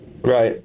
Right